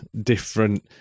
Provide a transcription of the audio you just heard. different